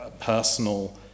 personal